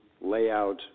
layout